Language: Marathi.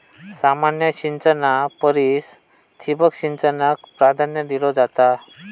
सामान्य सिंचना परिस ठिबक सिंचनाक प्राधान्य दिलो जाता